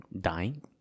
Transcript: dying